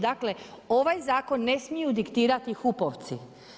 Dakle, ovaj zakon ne smiju diktirati HUP-ovci.